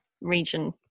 region